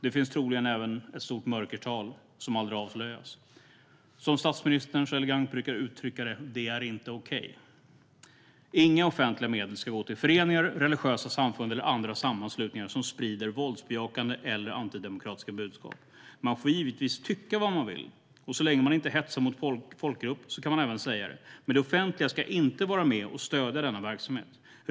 Det finns troligen även ett stort mörkertal som aldrig avslöjas. Jag säger som statsministern så elegant brukar uttrycka det: Det är inte okej! Inga offentliga medel ska gå till föreningar, religiösa samfund eller andra sammanslutningar som sprider våldsbejakande eller antidemokratiska budskap. Man får givetvis tycka vad man vill. Så länge man inte hetsar mot folkgrupp kan man även säga det. Men det offentliga ska inte vara med och stödja denna verksamhet.